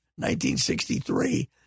1963